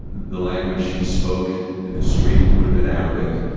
the language he spoke in the street would've been arabic.